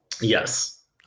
yes